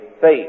faith